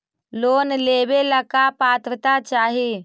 Loan लेवेला का पात्रता चाही?